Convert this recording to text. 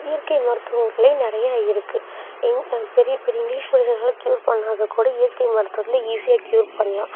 இயற்கை மருத்துவங்கள் நிறையா இருக்குது எங் பெரிய பெரிய இங்கிலீஷ் மெடிஷனால் க்யூர் பண்ணாதது கூட இயற்கை மருத்துவத்தில் ஈஸியாக க்யூர் பண்ணலாம்